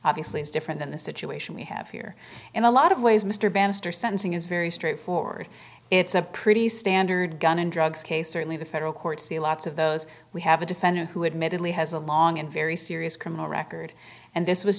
obviously is different than the situation we have here in a lot of ways mr bannister sentencing is very straightforward it's a pretty standard gun and drugs case certainly the federal courts see lots of those we have a defendant who had mentally has a long and very serious criminal record and this was